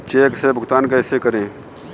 Check से भुगतान कैसे करें?